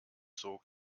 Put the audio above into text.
zog